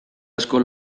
asko